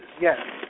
yes